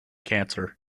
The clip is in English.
cancer